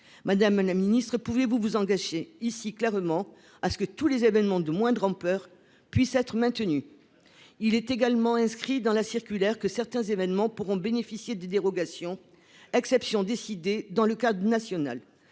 Madame la ministre, pouvez-vous vous engager ici clairement à ce que tous les événements de moindre ampleur soient bien maintenus ? Il est également inscrit dans la circulaire que certains événements pourront bénéficier de dérogations, décidées dans le cadre national.